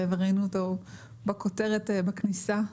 וראינו אותו בכותרת בכניסה.